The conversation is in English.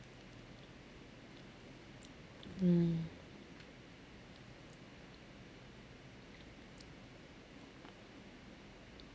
mm